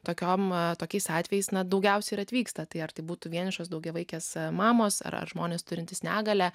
tokiam tokiais atvejais daugiausiai ir atvyksta tai ar tai būtų vienišos daugiavaikės mamos ar žmonės turintys negalią